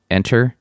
Enter